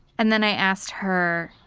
and then i asked her.